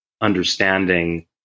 understanding